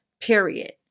Period